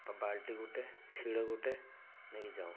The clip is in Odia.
ବାଲ୍ଟି ଗୋଟେ ଶିଡ଼ ଗୋଟେ ନେଇକି ଯାଉ